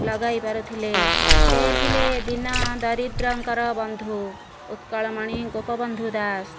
ଲଗାଇ ପାରିଥିଲେ ସେ ଥିଲେ ଦିନ ଦାରିଦ୍ରଙ୍କ ବନ୍ଧୁ ଉତ୍କଳ ମଣି ଗୋପବନ୍ଧୁ ଦାସ